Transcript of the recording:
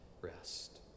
rest